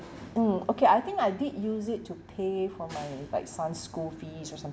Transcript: mm okay I think I did use it to pay for my my son's school fees or something